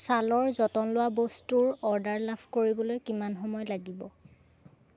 ছালৰ যতন লোৱা বস্তুৰ অৰ্ডাৰ লাভ কৰিবলৈ কিমান সময় লাগিব